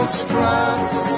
straps